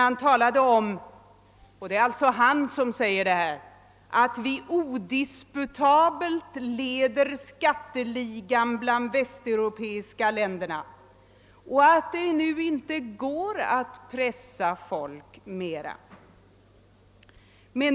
Han sade också — detta är alltså hans egna ord — att vi odisputabelt leder skatteligan bland de västeuropeiska länderna och att det nu inte går att pressa folk mer.